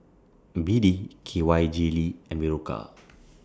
B D K Y Jelly and Berocca